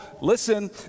Listen